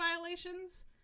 violations